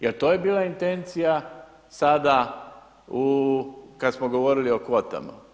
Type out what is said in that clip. Jer to je bila intencija sada kada smo govorili o kvotama.